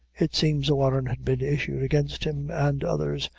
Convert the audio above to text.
it seems a warrant had been issued against him and others,